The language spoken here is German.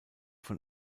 von